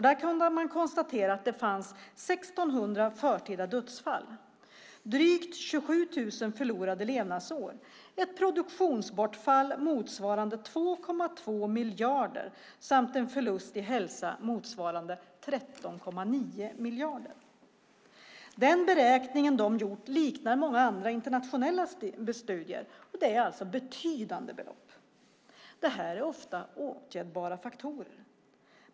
Där kunde man konstatera att det fanns 1 600 förtida dödsfall, drygt 27 000 förlorade levnadsår och ett produktionsbortfall motsvarande 2,2 miljarder samt en förlust i hälsa motsvarande 13,9 miljarder. Den beräkning de gjort liknar många andra internationella studier. Det är alltså betydande belopp. Det här är ofta åtgärdbara faktorer.